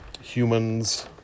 humans